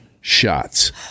shots